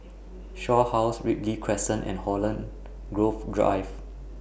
Shaw House Ripley Crescent and Holland Grove Drive